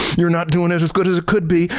you're not doing it as good as it could be.